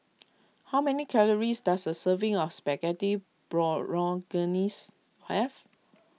how many calories does a serving of Spaghetti Bolognese have